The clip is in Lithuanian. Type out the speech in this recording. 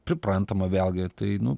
priprantama vėlgi tai nu